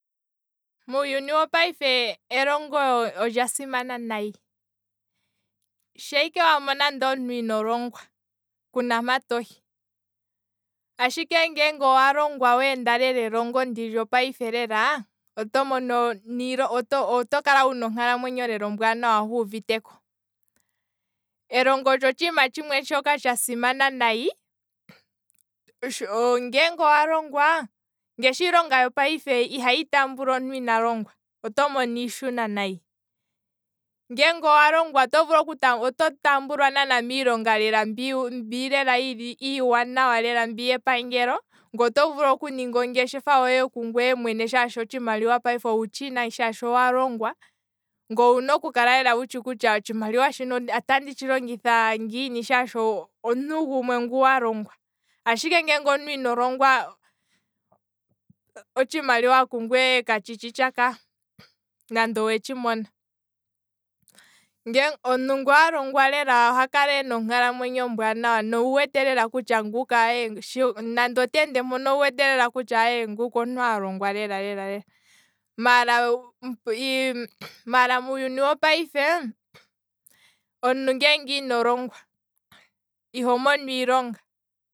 Muuyuni wopayife elongo olya simana nayi, shaa ike wamona ndele ino longwa kuna mpa tohi, ashike ngeenge owa longwa weenda elongo ndi lyopayife lela, oto mono ni- nilonga, oto kala wuna lela onkalamwenyo ombwaanawa huuviteko, elongo olyo otshiima tshimwe shoka tsha simana nayi. ngeenge owalongwa ngaashi iilonga yopayife ihayi tambula omuntu ina longwa, oto mono iishuna nayi, ngeenge owa longwa oto tambulwa miilonga lela mbi- mbi lela yepangelo, ngweye oto vulu okuninga ongeshefa hohe ku ngweye mwene shaashi payife otshimaliwa owutshina shaashi owalongwa, ngweye owuna okukala wutshi kutya otshimaliwa shino anditshi longitha ngiini shaashi omuntu gumwe walongwa, ashike ngele omuntu ino longwa otshimaliwa kungweye katshi tshi tsha kaa nande owetshi mona, omuntu ngu alongwa oha kala ena onkalamwenyo ombwaanawa, nande oteende mpoka owu wete lela kutya nguka omuntu a longwa lela lela, maala muuyuni wo payife, omuntu ngeenge ino longwa iho mono iilonga